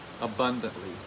abundantly